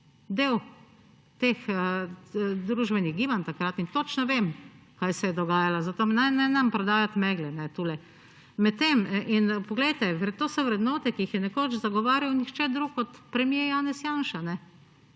teh družbenih gibanj takrat in točno vem, kaj se je dogajalo, zato ne nam prodajati megle tule. Poglejte, to so vrednote, ki jih je nekoč zagovarjal nihče drug kot premier Janez Janša!